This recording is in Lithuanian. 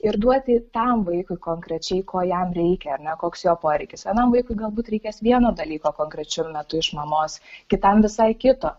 ir duoti tam vaikui konkrečiai ko jam reikia ar ne koks jo poreikis vienam vaikui galbūt reikės vieno dalyko konkrečiu metu iš mamos kitam visai kito